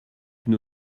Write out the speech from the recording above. une